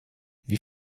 wie